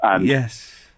Yes